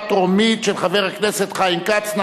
של חבר הכנסת חיים כץ, בקריאה טרומית.